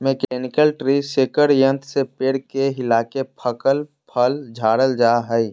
mechanical tree shaker यंत्र से पेड़ के हिलाके पकल फल झारल जा हय